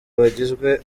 bagizwe